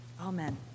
Amen